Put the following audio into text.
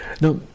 now